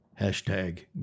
Hashtag